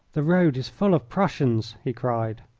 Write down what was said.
the road is full of prussians, he cried.